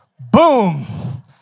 Boom